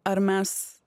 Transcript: ar mes